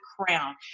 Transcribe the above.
crown